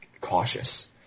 cautious